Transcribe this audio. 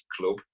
club